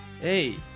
Hey